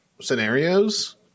scenarios